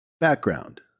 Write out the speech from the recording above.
Background